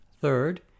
third